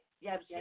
yes